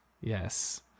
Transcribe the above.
Yes